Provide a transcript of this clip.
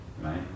right